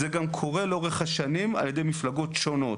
זה גם קורה לאורך השנים על ידי מפלגות שונות.